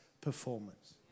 performance